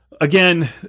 Again